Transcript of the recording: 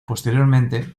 posteriormente